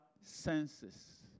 senses